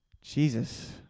Jesus